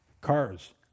Cars